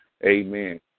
Amen